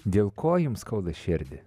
dėl ko jums skauda širdį